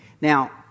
Now